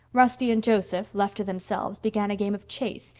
rusty and joseph, left to themselves, began a game of chase,